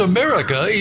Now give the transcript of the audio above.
America